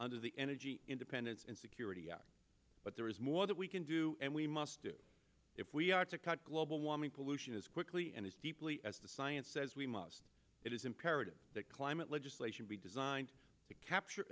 under the energy independence and security act but there is more that we can do and we must do if we are to cut global warming pollution as quickly and as deeply as the science says we must it is imperative that climate legislation be designed to capture